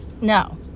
no